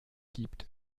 gibt